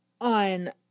on